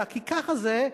אלא כי ככה זה,